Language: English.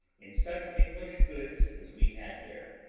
in such english goods as we had there.